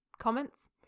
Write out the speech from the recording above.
comments